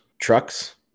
trucks